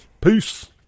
Peace